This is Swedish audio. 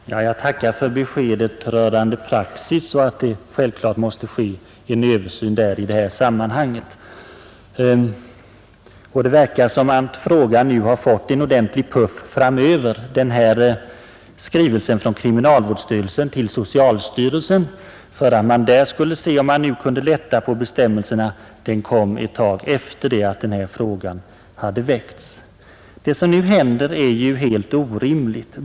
Herr talman! Jag tackar för beskedet rörande praxis. Självfallet måste en översyn ske i det här sammanhanget. Det verkar som om frågan nu har fått en ordentlig puff framåt. Skrivelsen från kriminalvårdsstyrelsen till socialstyrelsen med önskan om råd huruvida man nu kunde lätta på de rigorösa bestämmelserna, kom ett tag efter det att min enkla fråga hade väckts. Nuvarande förhållanden är orimliga.